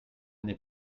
n’est